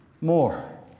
more